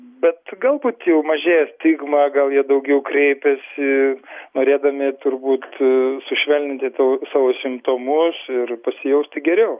bet galbūt jau mažėja stigma gal jie daugiau kreipiasi norėdami turbūt sušvelninti tavo savo simptomus ir pasijausti geriau